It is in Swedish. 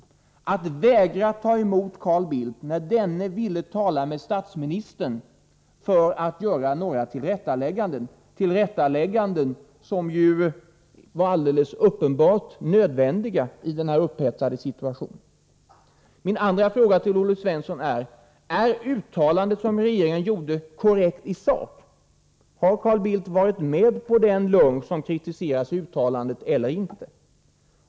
Är det att vägra ta emot Carl Bildt när denne ville tala med statsministern för att göra några tillrättalägganden — tillrättalägganden som var alldeles uppenbart nödvändiga i denna upphetsade situation? Min andra fråga till Olle Svensson: Är det uttalande, som regeringen gjorde, korrekt i sak? Har Carl Bildt varit med på den lunch som kritiseras i uttalandet eller inte?